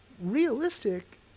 realistic